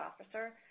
officer